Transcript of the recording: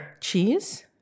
Cheese